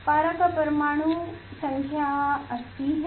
पारा का परमाणु संख्या 80 है